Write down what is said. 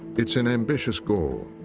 it's an ambitious goal,